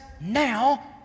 now